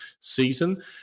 season